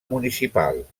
municipal